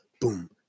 boom